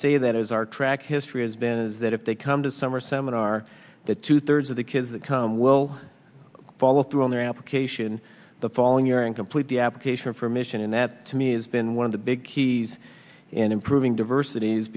as our track history has been is that if they come to summer seminar that two thirds of the kids that come will follow through on their application the following year and complete the application for mission and that to me has been one of the big keys in improving diversity